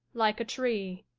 like a tree.